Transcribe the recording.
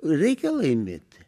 reikia laimėti